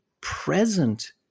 present